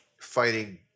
fighting